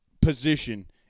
position